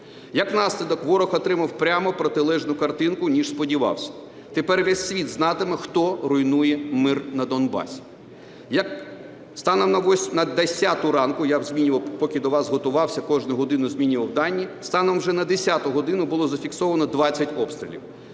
Як наслідок, ворог отримав прямо протилежну картинку, ніж сподівався. Тепер весь світ знатиме, хто руйнує мир на Донбасі. Станом на 10-у ранку, я змінював, поки до вас готувався, кожну годину змінював дані, станом вже на 10 годину було зафіксовано 20 обстрілів,